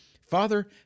Father